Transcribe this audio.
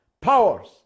powers